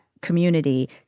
community